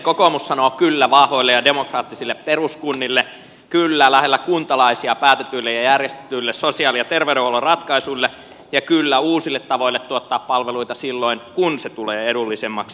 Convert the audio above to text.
kokoomus sanoo kyllä vahvoille ja demokraattisille peruskunnille kyllä lähellä kuntalaisia päätetyille ja järjestetyille sosiaali ja terveydenhuollon ratkaisuille ja kyllä uusille tavoille tuottaa palveluita silloin kun ne tulevat edullisemmaksi